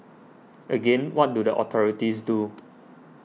again what do the authorities do